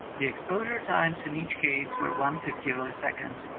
the exposure times in each case were one-fiftieth of a second,